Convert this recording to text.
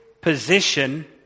position